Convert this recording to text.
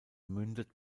mündet